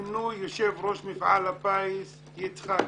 למינוי יושב-ראש מפעל הפיס יצחקי.